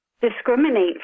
discriminate